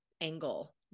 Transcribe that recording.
angle